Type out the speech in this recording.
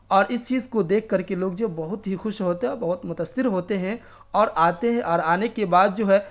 اور اس چیز کو دیکھ کر کے لوگ جو ہے بہت ہی خوش ہوتے ہیں اور بہت متاثر ہوتے ہیں اور آتے ہیں اور آنے کے بعد جو ہے